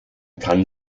kann